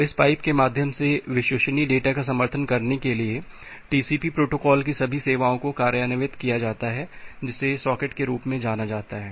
तो इस पाइप के माध्यम से विश्वसनीय डेटा का समर्थन करने के लिए टीसीपी प्रोटोकॉल की सभी सेवाओं को कार्यान्वित किया जाता है जिसे सॉकेट के रूप में जाना जाता है